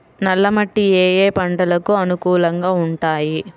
నల్ల మట్టి ఏ ఏ పంటలకు అనుకూలంగా ఉంటాయి?